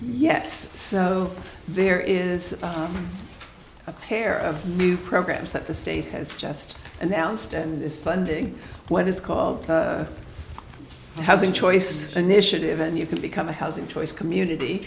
yes so there is a pair of new programs that the state has just announced and this funding what is called housing choices initiative and you can become a housing choice community